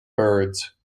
birds